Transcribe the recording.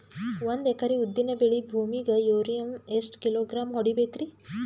ಒಂದ್ ಎಕರಿ ಉದ್ದಿನ ಬೇಳಿ ಭೂಮಿಗ ಯೋರಿಯ ಎಷ್ಟ ಕಿಲೋಗ್ರಾಂ ಹೊಡೀಬೇಕ್ರಿ?